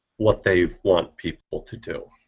what they've want people to do.